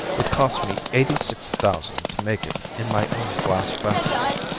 it cost me eighty-six thousand to make it in my own glass factory.